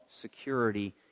security